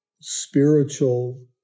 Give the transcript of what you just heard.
spiritual